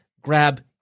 grab